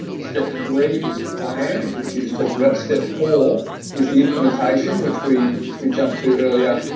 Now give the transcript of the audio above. step three is plan, which you just talked about. step four is the implementation which we, which we jumped to earlier.